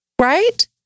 right